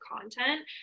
content